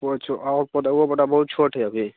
ओ पोता बहुत छोट अइ अभी